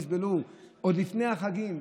נסבול עוד לפני החגים.